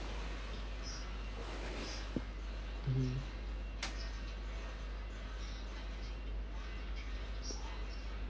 hmm